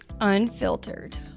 Unfiltered